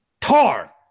tar